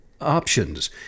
options